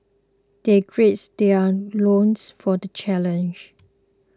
they gird their loins for the challenge